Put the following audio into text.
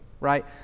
right